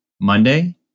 Monday